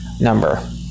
number